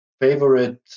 favorite